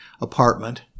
apartment